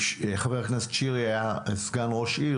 חבר הכנסת שירי היה סגן ראש עיר,